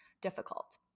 difficult